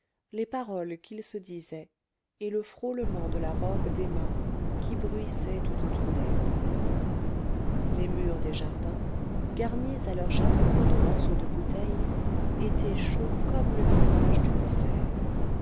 les paroles qu'ils se disaient et le frôlement de la robe d'emma qui bruissait tout autour d'elle les murs des jardins garnis à leur chaperon de morceaux de bouteilles étaient chauds comme le vitrage d'une serre